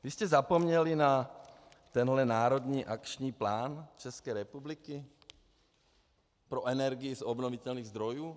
Vy jste zapomněli na tenhle národní akční plán České republiky pro energii z obnovitelných zdrojů?